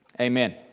Amen